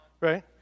Right